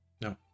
No